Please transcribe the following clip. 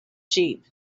sheep